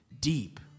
deep